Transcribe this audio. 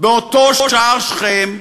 באותו שער שכם,